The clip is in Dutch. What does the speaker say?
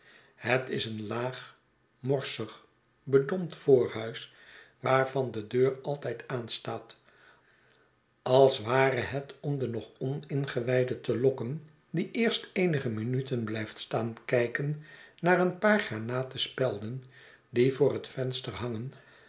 het is een laag morsig bedompt voorhuis waarvan de deur altijd aanstaat als ware het om dennogoningewijde te lokken die eerst eenige minuteh blijftstaan kijken naar een paar granaten spelden die voor het venster